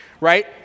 right